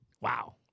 Wow